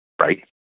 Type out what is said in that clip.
right